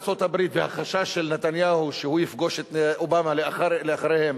הבחירות בארצות-הברית והחשש של נתניהו שהוא יפגוש את אובמה לאחריהן,